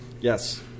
Yes